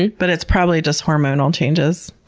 and but it's probably just hormonal changes.